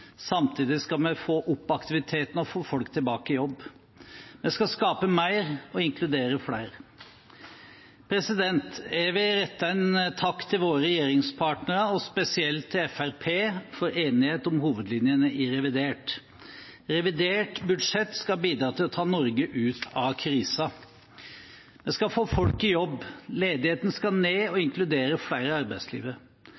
Samtidig skal vi få opp aktiviteten og få folk tilbake i jobb. Vi skal skape mer og inkludere flere. Jeg vil rette en takk til våre regjeringspartnere og spesielt til Fremskrittspartiet for enighet om hovedlinjene i revidert. Revidert budsjett skal bidra til å ta Norge ut av krisen. Vi skal få folk i jobb. Vi skal få ledigheten ned og